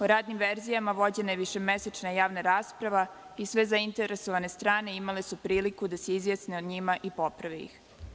O radnim verzijama vođena je višemesečna javna rasprava i sve zainteresovane strane imale su priliku da se izjasne o njima i poprave ih.